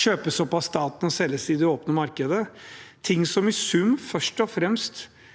kjøpes opp av staten og selges i det åpne markedet. Det er ting som i sum først og fremst